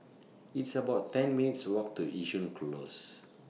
It's about ten minutes' Walk to Yishun Close